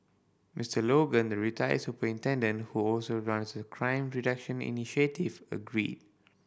Mister Logan the retired superintendent who also runs a crime reduction initiative agreed